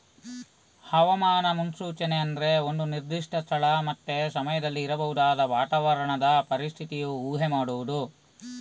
ಹವಾಮಾನ ಮುನ್ಸೂಚನೆ ಅಂದ್ರೆ ಒಂದು ನಿರ್ದಿಷ್ಟ ಸ್ಥಳ ಮತ್ತೆ ಸಮಯದಲ್ಲಿ ಇರಬಹುದಾದ ವಾತಾವರಣದ ಪರಿಸ್ಥಿತಿಯ ಊಹೆ ಮಾಡುದು